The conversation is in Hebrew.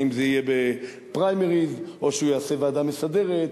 האם זה יהיה בפריימריז או שהוא יעשה ועדה מסדרת,